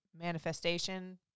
manifestation